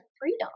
freedom